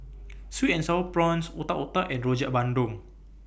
Sweet and Sour Prawns Otak Otak and Rojak Bandung